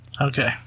Okay